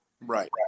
Right